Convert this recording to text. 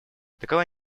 такова